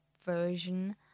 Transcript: version